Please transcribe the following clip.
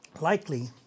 likely